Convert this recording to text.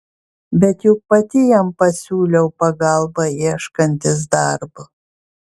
bet juk pati jam pasiūliau pagalbą ieškantis darbo